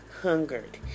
hungered